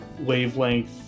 wavelength